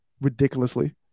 ridiculously